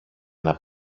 ένα